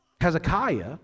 Hezekiah